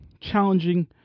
Challenging